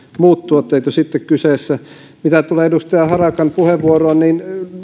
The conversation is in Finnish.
muut tuotteet jo sitten kyseessä mitä tulee edustaja harakan puheenvuoroon niin